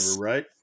right